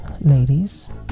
Ladies